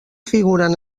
figuren